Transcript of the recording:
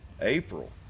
April